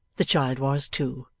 the child was too,